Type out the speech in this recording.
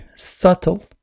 Subtle